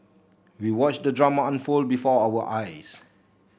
we watched the drama unfold before our eyes